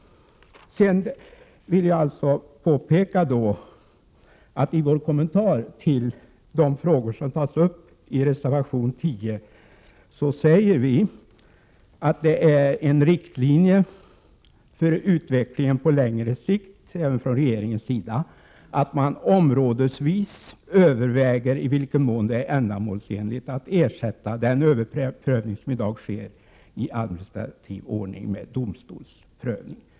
Sedan vill jag påpeka att vi i vår kommentar till de frågor som tas upp i reservation 10 säger att det är en riktlinje för utvecklingen på längre sikt även från regeringens sida att man områdesvis överväger i vilken mån det är ändamålsenligt att ersätta den överprövning som i dag sker i administrativ ordning med domstolsprövning.